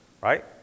right